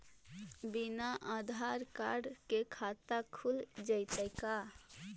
बिना आधार कार्ड के खाता खुल जइतै का?